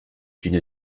d’une